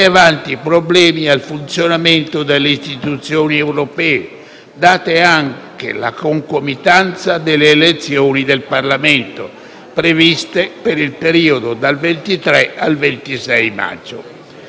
date anche la concomitanza delle elezioni del Parlamento previste per il periodo dal 23 al 26 maggio. A tale proposito, rammento che la signora May